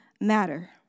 matter